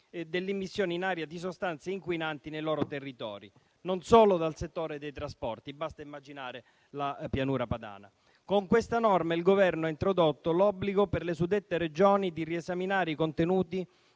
dell'immissione in aria di sostanze inquinanti nei loro territori, non solo dal settore dei trasporti; basta immaginare la Pianura padana. Con questa norma il Governo ha introdotto l'obbligo per le suddette Regioni di riesaminare i contenuti